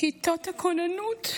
כיתות הכוננות,